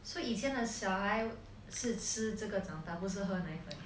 so 以前的小孩是吃这个长大不是喝奶粉